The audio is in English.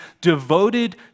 devoted